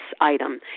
item